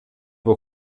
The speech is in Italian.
può